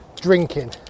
drinking